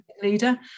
leader